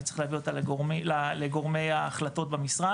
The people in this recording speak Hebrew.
אני צריך להביא אותה לגורמי ההחלטות במשרד,